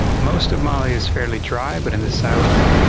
most of mali is fairly dry but in the south,